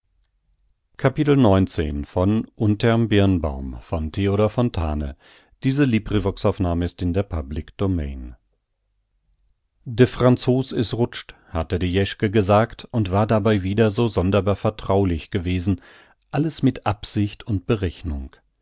franzos is rutscht hatte die jeschke gesagt und war dabei wieder so sonderbar vertraulich gewesen alles mit absicht und berechnung